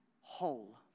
whole